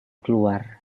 keluar